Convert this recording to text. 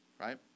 right